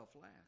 last